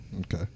Okay